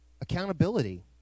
Accountability